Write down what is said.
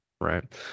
right